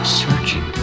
searching